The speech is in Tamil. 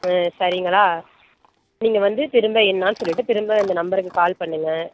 ஆ சரிங்களா நீங்கள் வந்து திரும்ப என்னன்னு சொல்லிட்டு திரும்ப இந்த நம்பருக்கு கால் பண்ணுங்கள்